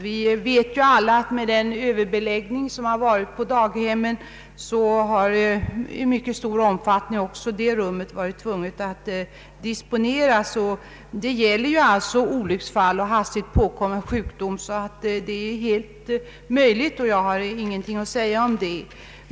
Vi vet alla att med den överbeläggning som rått på daghemmen har man i mycket stor omfattning varit tvungen att disponera också det rummet. Detta gäller alltså olycksfall och hastigt påkommen sjukdom, och jag har ingenting att säga om det.